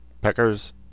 peckers